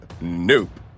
Nope